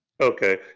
Okay